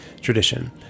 tradition